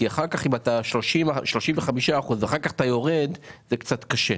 כי אחר כך אם 35% ואחר כך אתה יורד זה קצת קשה.